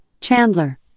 Chandler